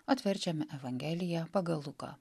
atverčiame evangeliją pagal luką